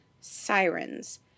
sirens